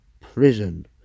Prison